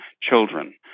children